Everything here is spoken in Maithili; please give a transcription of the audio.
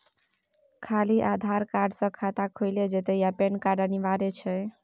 खाली आधार कार्ड स खाता खुईल जेतै या पेन कार्ड अनिवार्य छै?